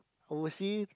oversea